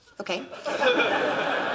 Okay